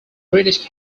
british